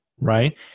Right